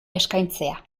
eskaintzea